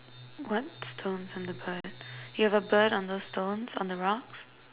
what stones on the bird you have a bird on those stones on the rocks